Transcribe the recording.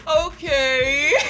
Okay